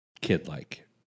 kid-like